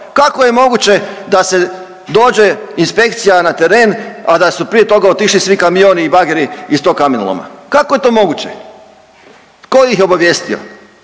Kako je moguće da se dođe inspekcija na tren, a da su prije toga otišli svi kamioni i bageri iz tog kamenoloma, kako je to moguće? Tko ih je obavijestio?